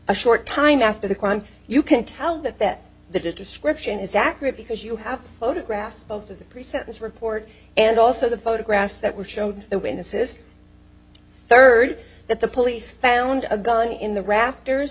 a short time after the crime you can tell that that the description is accurate because you have photographs of the pre sentence report and also the photographs that were shown the witnesses third that the police found a gun in the rafters